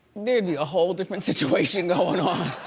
there'd be a whole different situation going on.